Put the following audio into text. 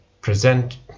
present